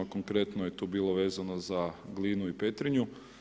Konkretno je tu bilo vezano za Glinu i Petrinju.